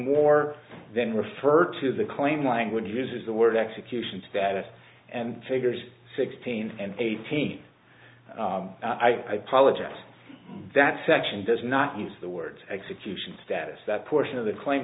more than refer to the claim language uses the word executions data and figures sixteen and eighteen i piloted that section does not use the word execution status that portion of the claim